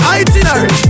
itinerary